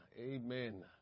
Amen